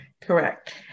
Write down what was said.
Correct